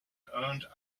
earned